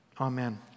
Amen